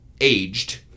aged